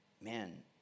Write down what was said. Man